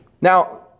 Now